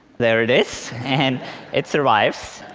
there it is, and it survives.